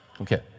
Okay